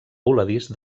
voladís